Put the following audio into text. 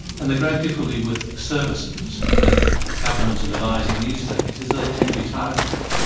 and the great difficulty with services that governments are devising these days is they tend to be targeted,